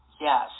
Yes